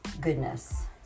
goodness